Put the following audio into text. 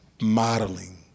modeling